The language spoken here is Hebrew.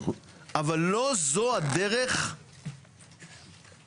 אבל לא זו הדרך להיבחר.